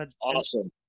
awesome